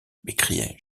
m’écriai